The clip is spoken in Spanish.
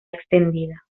extendida